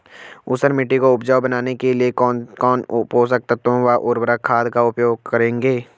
ऊसर मिट्टी को उपजाऊ बनाने के लिए कौन कौन पोषक तत्वों व उर्वरक खाद का उपयोग करेंगे?